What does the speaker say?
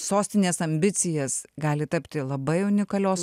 sostinės ambicijas gali tapti labai unikalios